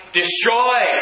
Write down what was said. destroy